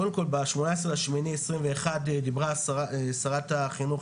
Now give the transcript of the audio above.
קודם כל ב- 18.8.21 דיברה שרת החינוך